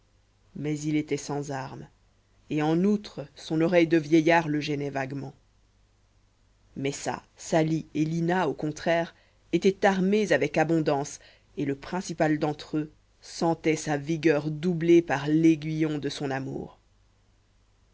mais il était sans arme et en outre son oreille de vieillard le gênait vaguement messa sali et lina au contraire étaient armes avec abondance et le principal d'entre eux sentait sa vigueur doublée par l'aiguillon de son amour